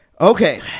Okay